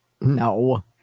No